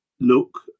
look